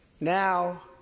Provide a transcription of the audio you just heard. Now